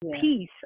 peace